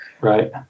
Right